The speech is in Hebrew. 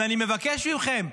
אז אני מבקש מכם,